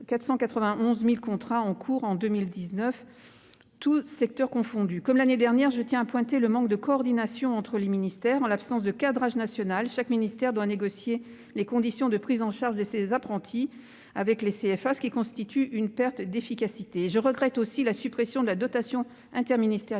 491 000 contrats étaient en cours en 2019. Comme l'année dernière, je tiens à pointer le manque de coordination entre les ministères. En l'absence de cadrage national, chaque ministère doit négocier les conditions de prise en charge de ses apprentis avec les centres de formation d'apprentis (CFA), ce qui constitue une perte d'efficacité. Je regrette la suppression de la dotation interministérielle